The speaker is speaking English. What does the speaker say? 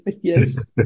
Yes